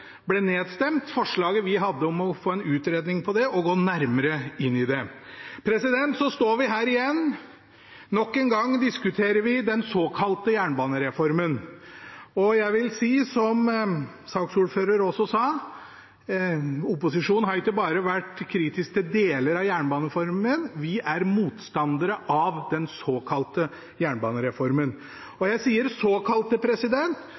ble nedstemt. Så står vi her igjen. Nok en gang diskuterer vi den såkalte jernbanereformen. Jeg vil si, som saksordføreren også sa: Opposisjonen har ikke vært kritiske bare til deler av jernbanereformen, vi er motstandere av den såkalte jernbanereformen.